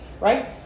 right